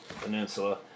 Peninsula